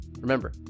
remember